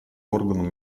органом